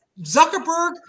Zuckerberg